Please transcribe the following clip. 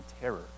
terror